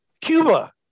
Cuba